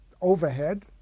overhead